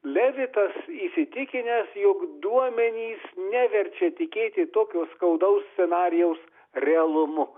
levitas įsitikinęs jog duomenys neverčia tikėti tokio skaudaus scenarijaus realumu